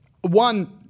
one